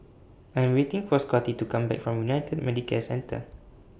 I Am waiting For Scottie to Come Back from United Medicare Centre